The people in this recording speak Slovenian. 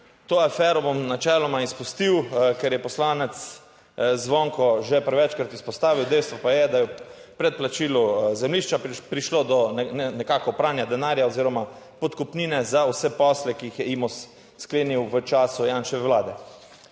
to afero bom načeloma izpustil, ker je poslanec Zvonko že večkrat izpostavil, dejstvo pa je, da je ob predplačilu zemljišča prišlo do nekako pranja denarja oziroma podkupnine za vse posle, ki jih je Imos sklenil v času Janševe vlade.